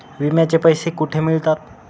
विम्याचे पैसे कुठे मिळतात?